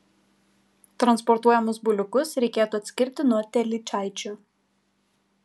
transportuojamus buliukus reikėtų atskirti nuo telyčaičių